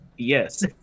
yes